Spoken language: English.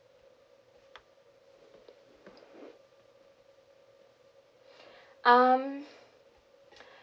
um